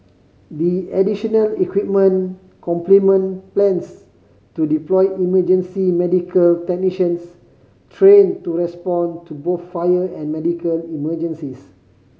the additional equipment complement plans to deploy emergency medical technicians trained to respond to both fire and medical emergencies